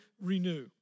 renew